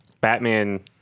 Batman